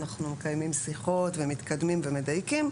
אנחנו מקיימים שיחות ומתקדמים ומדייקים.